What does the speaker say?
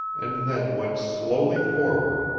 and then went slowly forward,